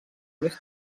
més